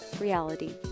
reality